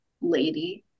lady